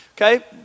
okay